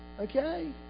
Okay